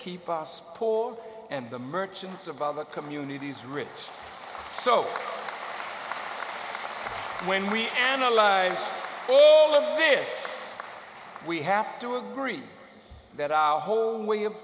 keep us poor and the merchants of other communities rich so when we analyze this we have to agree that our whole way of